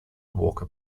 walker